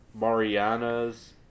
Mariana's